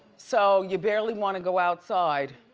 so, you barely wanna go outside.